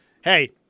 hey